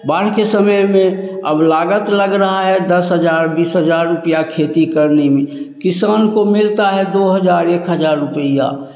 बाढ़ के समय में अब लागत लग रहा है दस हज़ार बीस हज़ार रूपये खेती करने में किसान को मिलता है दो हज़ार एक हज़ार रुपया